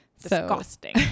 Disgusting